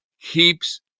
keeps